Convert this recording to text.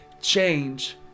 change